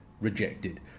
rejected